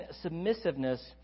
submissiveness